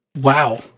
wow